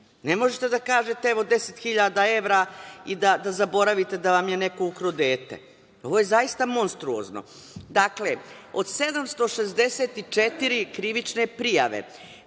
Ne možete da kažete – evo 10.000 evra i da zaboravite da vam je neko ukrao dete. Ovo je zaista monstruozno. Dakle, od 764 krivične prijave,